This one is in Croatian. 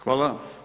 Hvala.